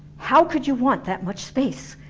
how could you want that much space?